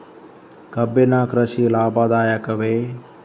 ಕಬ್ಬಿನ ಕೃಷಿ ಲಾಭದಾಯಕವೇ?